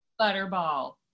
Butterball